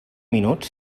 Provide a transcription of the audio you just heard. minuts